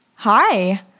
Hi